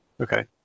Okay